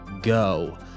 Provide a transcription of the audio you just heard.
go